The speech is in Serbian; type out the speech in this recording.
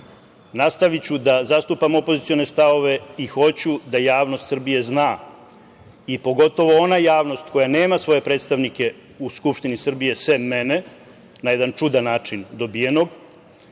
nastaviću da zastupam opozicione stavove i hoću da javnost Srbije zna, pogotovo ona javnost koja nema svoje predstavnike u Skupštini Srbije sem mene, na jedan čudan način dobijenog,